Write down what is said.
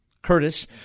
Curtis